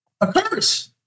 occurs